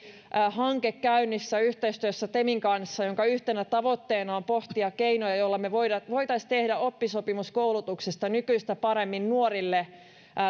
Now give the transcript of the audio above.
käynnissä yhteistyössä temin kanssa hanke jonka yhtenä tavoitteena on pohtia keinoja joilla me voisimme tehdä oppisopimuskoulutuksesta nykyistä paremmin nuorille